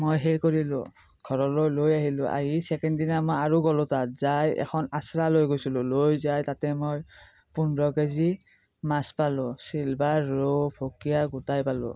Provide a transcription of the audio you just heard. মই হেৰি কৰিলোঁ ঘৰলৈ লৈ আহিলোঁ আহি চেকেণ্ড দিনা মই আৰু গ'লো তাত যায় এখন আঁচৰা লৈ গৈছিলোঁ লৈ যায় তাতে মই পোন্ধৰ কেজি মাছ পালোঁ চিলভাৰ ৰৌ ভকুৱা গোটেই পালোঁ